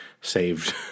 saved